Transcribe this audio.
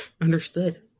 understood